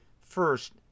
First